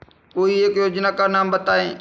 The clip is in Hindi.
कोई एक योजना का नाम बताएँ?